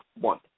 one